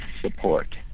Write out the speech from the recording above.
support